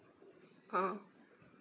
ah